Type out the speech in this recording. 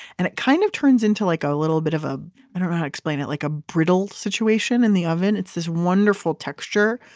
and it kind of turns into like a little bit of a. i don't know how to explain it, like a brittle situation in the oven. it's this wonderful texture.